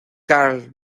karl